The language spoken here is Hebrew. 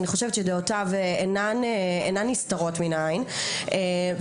שאני חושבת שדעותיו אינן נסתרות מן העין,